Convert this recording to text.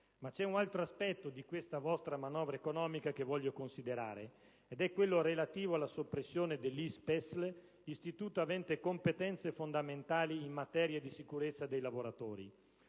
Vi è un altro aspetto della vostra manovra economica che voglio considerare. È quello relativo alla soppressione dell'ISPESL, istituto avente competenze fondamentali in materia di sicurezza dei lavoratori.